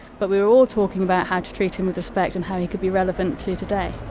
but we were all talking about how to treat him with respect and how he could be relevant to today.